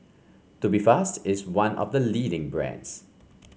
Tubifast is one of the leading brands